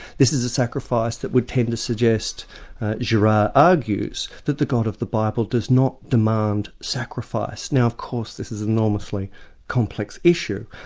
this is a sacrifice that would tend to suggest girard argues, that the god of the bible does not demand sacrifice. now of course this is an enormously complex issue,